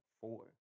four